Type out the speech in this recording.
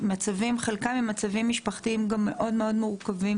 חלקם עם מצבים משפחתיים גם מאוד מאוד מורכבים